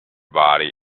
body